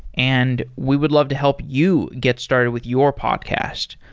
and we would love to help you get started with your podcast.